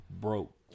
broke